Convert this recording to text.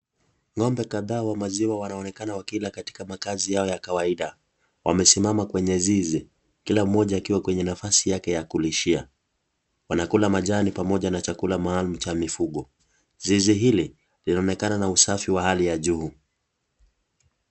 Ng'ombe kadhaa wa maziwa wanaonekana wakila katika makazi yao ya kawaida. Wamesimama kwenye zizi. Kila mmoja akiwa kwenye nafasi yake ya kulishia. Wanakula majani pamoja na chakula maalum cha mifugo. Zizi hili, lilionekana na usafi wa hali ya juu.